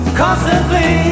constantly